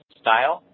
style